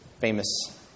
famous